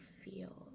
feel